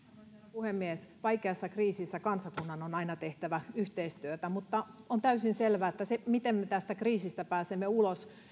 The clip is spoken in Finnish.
puhemies vaikeassa kriisissä kansakunnan on aina tehtävä yhteistyötä mutta on täysin selvää että siihen miten me tästä kriisistä pääsemme ulos